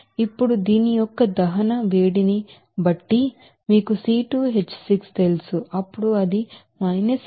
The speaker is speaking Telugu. ఇప్పుడు దీని యొక్క హీట్ అఫ్ కంబషన్ ని బట్టి మీకు C2H6 తెలుసు అప్పుడు అది 1558